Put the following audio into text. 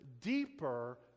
deeper